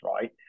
right